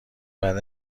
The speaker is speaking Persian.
بعد